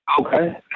Okay